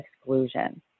exclusion